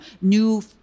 new